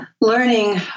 learning